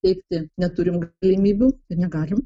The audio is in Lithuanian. teikti neturim galimybių ir negalim